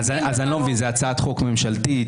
מבין, זו הצעת חוק משפטית?